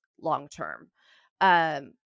long-term